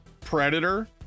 Predator